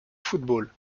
football